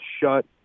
shut